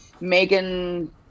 Megan